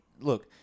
look